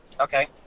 Okay